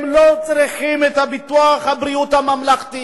הם לא צריכים את ביטוח הבריאות הממלכתי.